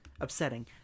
upsetting